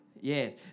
Yes